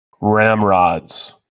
Ramrods